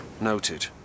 Noted